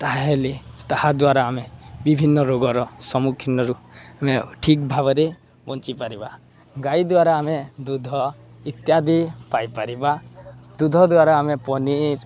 ତା'ହେଲେ ତାହା ଦ୍ୱାରା ଆମେ ବିଭିନ୍ନ ରୋଗର ସମ୍ମୁଖୀନରୁ ଆମେ ଠିକ୍ ଭାବରେ ବଞ୍ଚିପାରିବା ଗାଈ ଦ୍ୱାରା ଆମେ ଦୁଗ୍ଧ ଇତ୍ୟାଦି ପାଇପାରିବା ଦୁଗ୍ଧ ଦ୍ୱାରା ଆମେ ପନିର୍